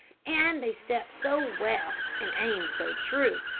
and they step so well, and aim so true,